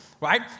right